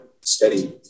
steady